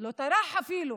לא טרח אפילו